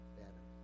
better